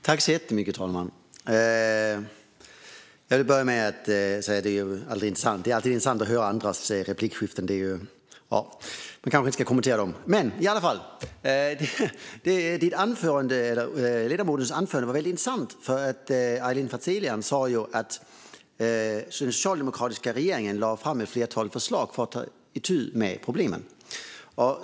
Herr talman! Jag vill börja med att säga att det alltid är intressant att höra andras replikskiften. Man kanske inte ska kommentera dem. Ledamotens anförande var också intressant. Aylin Fazelian sa att den socialdemokratiska regeringen lade fram ett flertal förslag för att ta itu med problemen.